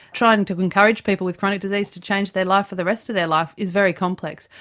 trying to encourage people with chronic disease to change their life for the rest of their life is very complex.